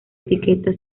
etiqueta